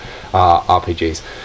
RPGs